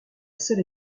seule